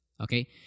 okay